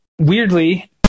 weirdly